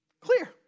Clear